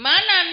Mana